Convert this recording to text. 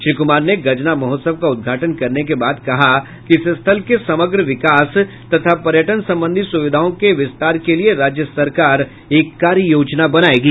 श्री कुमार ने गजना महोत्सव का उद्घाटन करने के बाद कहा कि इस स्थल के समग्र विकास तथा पर्यटन संबंधी सुविधाओं के विस्तार के लिए राज्य सरकार एक कार्ययोजना बनाएगी